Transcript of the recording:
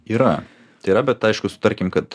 yra tai yra bet aišku sutarkim kad